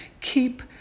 keep